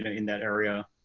in that area.